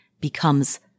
becomes